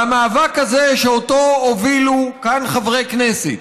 והמאבק הזה, שאותו הובילו כאן חברי כנסת,